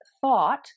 thought